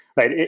right